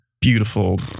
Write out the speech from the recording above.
beautiful